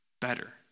better